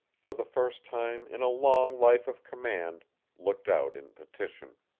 for the first time in a long life of command looked out in petition.